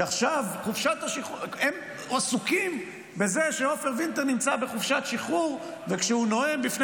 עכשיו הם עסוקים בזה שעופר וינטר נמצא בחופשת שחרור וכשהוא נואם בפני